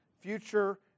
future